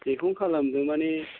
बेखौ खालामगोन माने